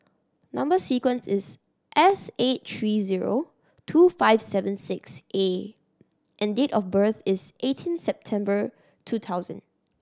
number sequence is S eight three zero two five seven six A and date of birth is eighteen September two thousand